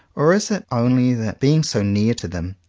or is it only that, being so near to them,